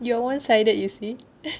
you're one sided you see